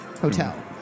hotel